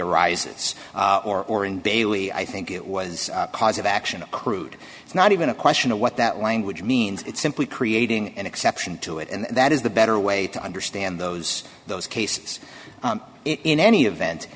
arises or in bailey i think it was cause of action accrued it's not even a question of what that language means it's simply creating an exception to it and that is the better way to understand those those cases in any event